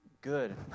good